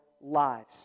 lives